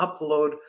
upload